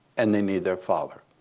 and they need their father.